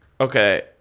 Okay